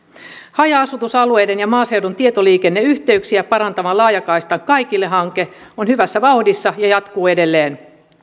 haja asutusalueiden ja maaseudun tietoliikenneyhteyksiä parantava laajakaista kai kille hanke on hyvässä vauhdissa ja jatkuu edelleen